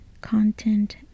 content